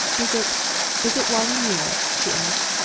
is it is it wallie neale? she asked.